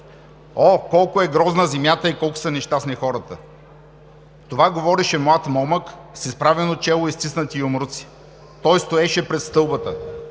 О, колко е грозна земята и колко са нещастни хората! Това говореше млад момък, с изправено чело и стиснати юмруци. Той стоеше пред стълбата